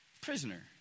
prisoner